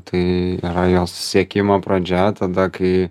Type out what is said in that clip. tai yra jos siekimo pradžia tada kai